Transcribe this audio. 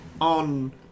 on